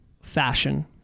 fashion